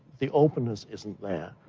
the openness isn't there.